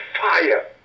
fire